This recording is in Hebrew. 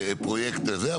פרויקט כזה.